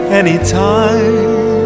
anytime